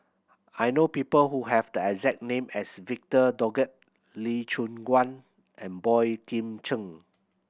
I know people who have the exact name as Victor Doggett Lee Choon Guan and Boey Kim Cheng